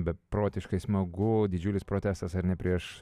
beprotiškai smagu didžiulis protestas ar ne prieš